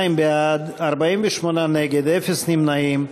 62 בעד, 48 נגד, אפס נמנעים.